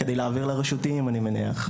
כדי להעביר לרשותיים, אני מניח.